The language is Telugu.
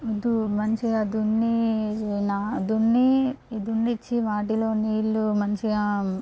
దు మంచిగా దున్ని నా దున్ని దున్నిచ్చి వాటిలో నీళ్ళు మంచిగా